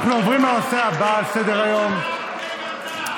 אנחנו עוברים לנושא הבא על סדר-היום, חברי